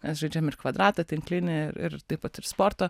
žaidžiam ir kvadratą tinklinį ir taip pat ir sporto